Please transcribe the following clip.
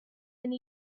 and